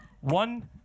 One